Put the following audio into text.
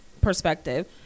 Perspective